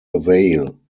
avail